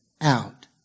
out